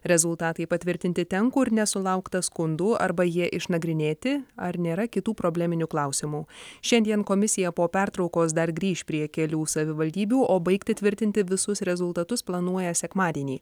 rezultatai patvirtinti ten kur nesulaukta skundų arba jie išnagrinėti ar nėra kitų probleminių klausimų šiandien komisija po pertraukos dar grįš prie kelių savivaldybių o baigti tvirtinti visus rezultatus planuoja sekmadienį